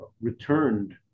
returned